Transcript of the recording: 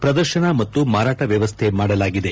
ಪ್ರದರ್ಶನ ಮತ್ತು ಮಾರಾಟ ವ್ಯವಸ್ಥೆ ಮಾಡಲಾಗಿದೆ